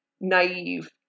naive